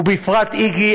ובפרט "איגי",